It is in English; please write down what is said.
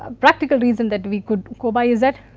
ah practical reason that we could go by is that,